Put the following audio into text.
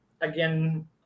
again